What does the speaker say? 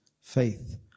faith